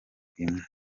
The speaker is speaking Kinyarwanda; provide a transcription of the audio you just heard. imwe